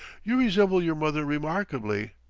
you resemble your mother remarkably.